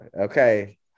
Okay